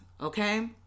okay